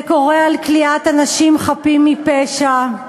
זה קורה על כליאת אנשים חפים מפשע,